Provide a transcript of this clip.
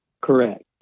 Correct